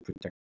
protect